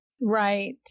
Right